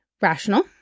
rational